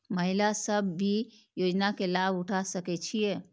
महिला सब भी योजना के लाभ उठा सके छिईय?